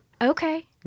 Okay